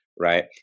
Right